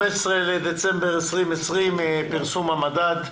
15 בדצמבר 2020, פרסום המדד,